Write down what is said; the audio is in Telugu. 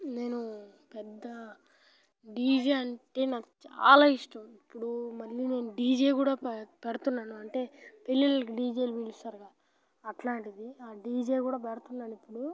నేను పెద్ద డీజే అంటే నాకు చాలా ఇష్టం ఇప్పుడు మళ్ళీ నేను డీజే కూడా పే పెడుతున్నాను అంటే పెళ్ళిలకి డీజే పిలుస్తాం కదా అలాంటిది ఆ డీజే కూడా పెడుతున్నాను ఇప్పుడు